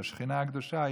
השכינה הקדושה,